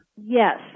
Yes